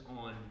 on